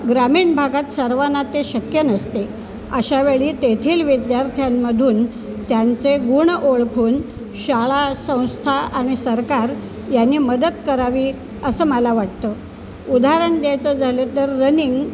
ग्रामीण भागात सर्वांना ते शक्य नसते अशावेळी तेथील विद्यार्थ्यांमधून त्यांचे गुण ओळखून शाळा संस्था आणि सरकार यानी मदत करावी असं मला वाटतं उदाहरण द्यायचं झालं तर रनिंग